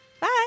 bye